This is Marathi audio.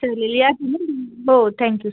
चालेल या तुम्ही हो थॅंक्यू